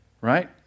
Right